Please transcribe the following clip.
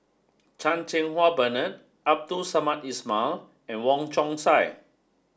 Chang Cheng Wah Bernard Abdul Samad Ismail and Wong Chong Sai